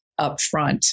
upfront